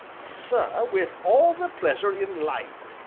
sir, with all the pleasure in life!